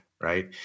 right